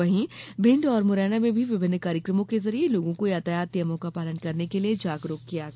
वहीं भिंड और मुरैना में भी विभिन्न कार्यक्रमों के जरिए लोगों को यातायात नियमों का पालन करने के लिए जागरूक किया गया